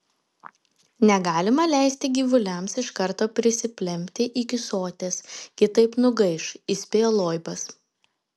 negalima leisti gyvuliams iš karto prisiplempti iki soties kitaip nugaiš įspėjo loibas